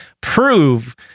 prove